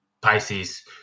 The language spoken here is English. Pisces